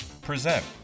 present